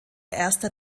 erster